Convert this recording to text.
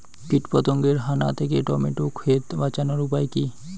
কীটপতঙ্গের হানা থেকে টমেটো ক্ষেত বাঁচানোর উপায় কি?